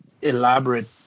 elaborate